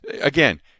again